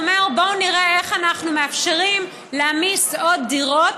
הוא אומר: בואו נראה איך אנחנו מאפשרים להעמיס עוד דירות